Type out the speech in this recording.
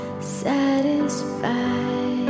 Satisfied